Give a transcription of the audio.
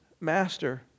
Master